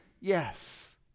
yes